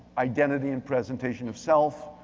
identity and presentation of self,